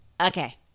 okay